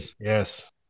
Yes